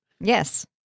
Yes